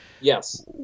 yes